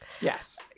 yes